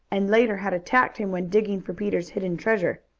and later had attacked him when digging for peter's hidden treasure.